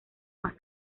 más